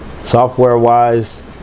software-wise